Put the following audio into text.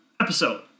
episode